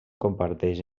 comparteix